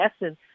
essence